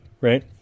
right